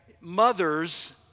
mothers